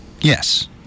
Yes